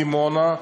מדימונה,